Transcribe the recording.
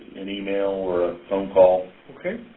an email or a phone call.